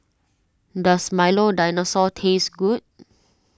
Does Milo Dinosaur taste good